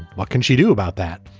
what can she do about that?